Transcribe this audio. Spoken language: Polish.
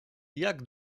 jak